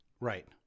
Right